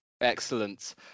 Excellent